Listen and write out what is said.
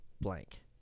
blank